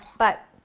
but,